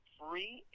free